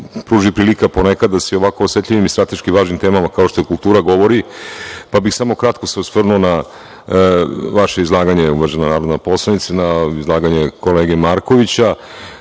pruži prilika ponekada da se o ovako osetljivim i strateški važnim temama, kao što je kultura, govori, pa bih se samo kratko osvrnuo na vaše izlaganje, uvažena narodna poslanice i na izlaganje kolege Markovića. Dakle,